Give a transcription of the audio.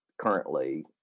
currently